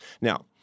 Now